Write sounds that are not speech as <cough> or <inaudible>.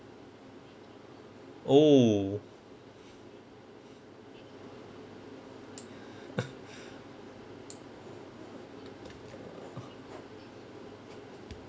oh <coughs>